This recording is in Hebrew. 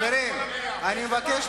זה לא כנסת, חברים, אני מבקש מכם.